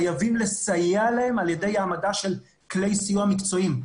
חייבים לסייע להם על-ידי העמדה של כלי סיוע מקצועיים.